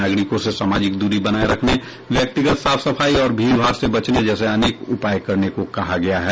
नागरिकों से सामाजिक दूरी बनाए रखने व्यक्तिगत साफ सफाई और भीड़भाड़ से बचने जैसे अनेक उपाय करने को कहा गया है